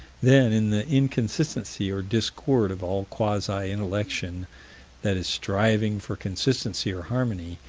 then, in the inconsistency or discord of all quasi-intellection that is striving for consistency or harmony,